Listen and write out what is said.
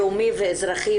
לאומי ואזרחי,